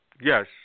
Yes